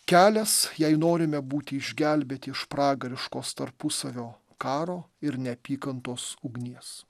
kelias jei norime būti išgelbėti iš pragariškos tarpusavio karo ir neapykantos ugnies